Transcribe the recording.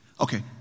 Okay